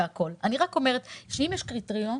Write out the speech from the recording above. אני רק אומרת שאם יש קריטריון,